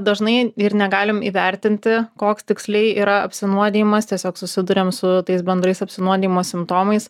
dažnai ir negalim įvertinti koks tiksliai yra apsinuodijimas tiesiog susiduriam su tais bendrais apsinuodijimo simptomais